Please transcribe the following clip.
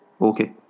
Okay